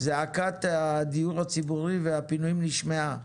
זעקת הדיור הציבורי והפינויים נשמעה,